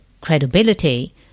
credibility